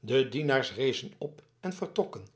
de dienaars rezen op en vertrokken